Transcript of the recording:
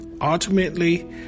Ultimately